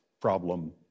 problem